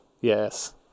Yes